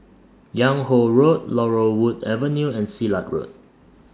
Yung Ho Road Laurel Wood Avenue and Silat Road